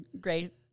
great